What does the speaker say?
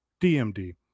DMD